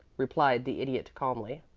replied the idiot, calmly.